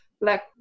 Black